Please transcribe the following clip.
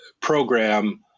program